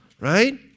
right